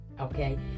Okay